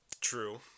True